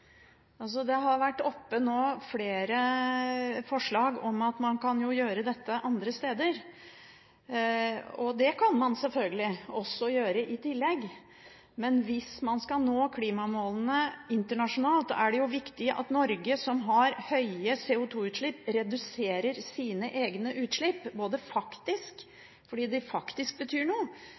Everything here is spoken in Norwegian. Det har vært oppe flere forslag nå om at man kan gjøre dette andre steder. Det kan man selvfølgelig også gjøre i tillegg, men hvis man skal nå klimamålene internasjonalt, er det viktig at Norge – som har høye CO2-utslipp – reduserer sine egne utslipp, ikke bare faktisk fordi de faktisk betyr noe,